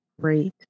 Great